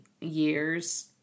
years